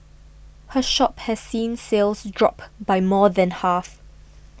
her shop has seen sales drop by more than half